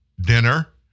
dinner